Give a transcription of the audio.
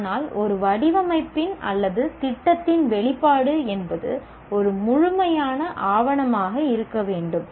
ஆனால் ஒரு வடிவமைப்பின் அல்லது திட்டத்தின் வெளிப்பாடு என்பது ஒரு முழுமையான ஆவணமாக இருக்க வேண்டும்